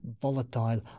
volatile